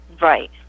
Right